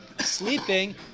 sleeping